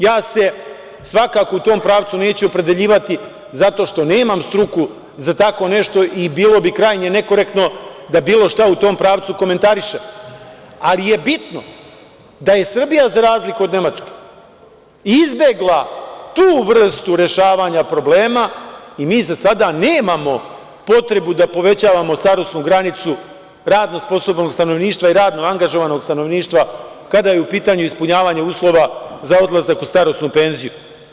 Ja se svakako u tom pravcu neću opredeljivati zato što nemam struku za tako nešto i bilo bi krajnje nekorektno da bilo šta u tom pravcu komentarišem, ali je bitno da je Srbija, za razliku od Nemačke, izbegla tu vrstu rešavanja problema i mi za sada nemamo potrebu da povećavamo starosnu granicu radno sposobnog stanovništva i radno angažovanog stanovništva kada je u pitanju ispunjavanje uslova za odlazak u starosnu penziju.